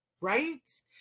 right